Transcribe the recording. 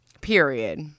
Period